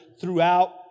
throughout